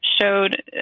showed